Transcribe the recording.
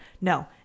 No